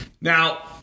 Now